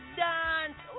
dance